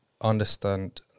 understand